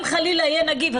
אם חלילה יהיה נגיף,